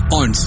on